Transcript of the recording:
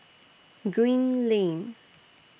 Green Lane